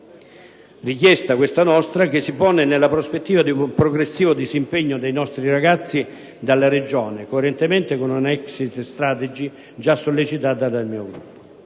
Richiesta, questa nostra, che si pone nella prospettiva di un progressivo disimpegno dei nostri ragazzi dalla regione, coerentemente con una *exit strategy* già sollecitata dal mio Gruppo.